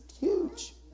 huge